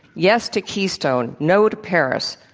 yes to keystone, no to paris,